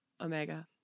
omega